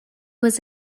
was